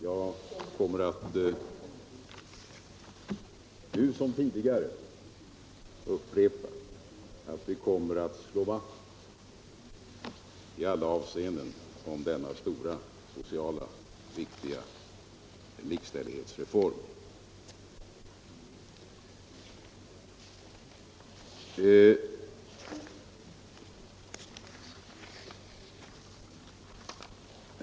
Jag upprepar att vi nu som tidigare kommer att i alla avseenden slå vakt om denna stora, socialt viktiga likställighetsreform.